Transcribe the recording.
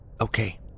Okay